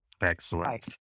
excellent